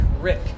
Rick